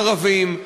ערבים,